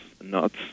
nuts